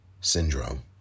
syndrome